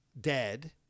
dead